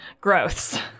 growths